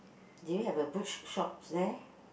do you have a shops there